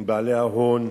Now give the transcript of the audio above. עם בעלי ההון,